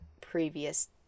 previous